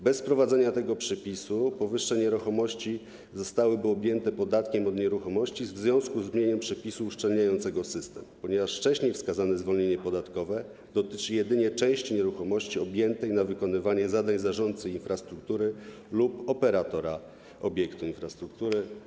Bez wprowadzenia tego przypisu powyższe nieruchomości zostałyby objęte podatkiem od nieruchomości w związku z brzmieniem przepisu uszczelniającego system, ponieważ wcześniej wskazane zwolnienie podatkowe dotyczy jedynie części nieruchomości przeznaczonej na wykonywanie zadań zarządcy infrastruktury lub operatora obiektu infrastruktury.